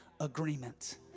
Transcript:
agreement